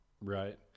Right